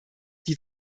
die